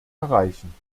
erreichen